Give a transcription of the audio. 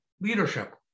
leadership